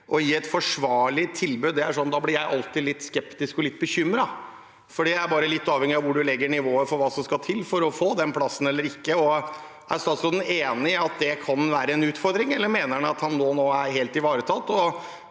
Å gi et forsvarlig tilbud – da blir jeg alltid litt skeptisk og bekymret, for det er bare avhengig av hvor du legger nivået for hva som skal til for å få den plassen eller ikke. Er statsråden enig i at det kan være en utfordring, eller mener han at det nå er helt ivaretatt?